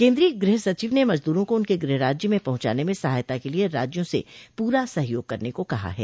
केंद्रीय गृहसचिव ने मजदूरों को उनके गृह राज्य में पहुंचाने में सहायता के लिए राज्यों से पूरा सहयोग करने को कहा है